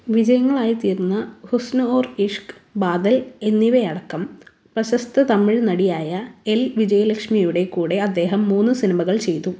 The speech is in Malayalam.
വിജയങ്ങളായിത്തീർന്ന ഹുസ്നുഹുർ ഇഷ്ക് ബാദൽ എന്നിവയടക്കം പ്രശസ്ത തമിഴ് നടിയായ എൽ വിജയലക്ഷ്മിയുടെ കൂടെ അദ്ദേഹം മൂന്ന് സിനിമകൾ ചെയ്തു